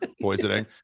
poisoning